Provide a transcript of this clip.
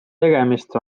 tegemist